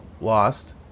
lost